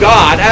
God